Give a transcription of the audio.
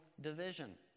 division